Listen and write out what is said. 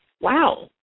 Wow